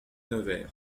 nevers